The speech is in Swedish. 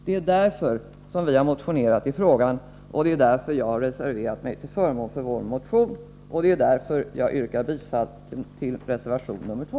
Det är därför som vi har motionerat i frågan, det är därför som jag har reserverat mig till förmån för vår motion och det är därför jag yrkar bifall till reservation nr 2.